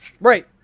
Right